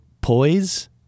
poise